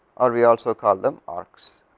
are we also called them arcs